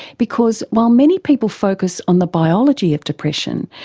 because while many people focus on the biology of depression,